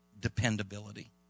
dependability